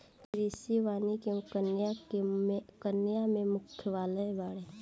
कृषि वानिकी के केन्या में मुख्यालय बावे